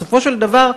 בסופו של דבר,